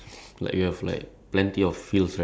like my opinion like food that like